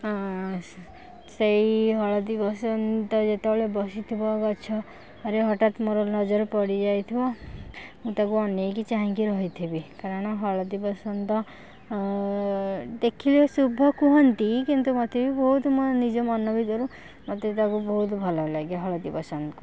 ଆଁ ସେ ସେଇ ହଳଦୀବସନ୍ତ ଯେତେବେଳେ ବସିଥିବ ଗଛ ରେ ହଟାତ୍ ମୋର ନଜର ପଡ଼ିଯାଇଥିବ ମୁଁ ତାକୁ ଅନେଇକି ଚାହିଙ୍କି ରହିଥିବି କାରଣ ହଳଦୀବସନ୍ତ ଦେଖିଲେ ଶୁଭ କୁହନ୍ତି କିନ୍ତୁ ମତେ ବି ବହୁତ ମୋ ନିଜ ମନ ଭିତରୁ ମତେ ତାକୁ ବହୁତ ଭଲ ଲାଗେ ହଳଦୀବସନ୍ତକୁ